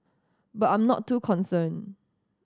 but I am not too concerned